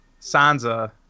Sansa